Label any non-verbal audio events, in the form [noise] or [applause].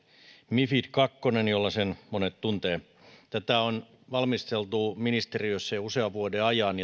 mifid ii jolla sen monet tuntevat tätä on valmisteltu ministeriössä jo usean vuoden ajan [unintelligible]